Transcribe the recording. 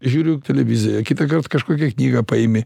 žiūriu televiziją kitąkart kažkokią knygą paimi